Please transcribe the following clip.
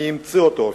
מי המציא אותו אפילו.